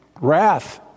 Wrath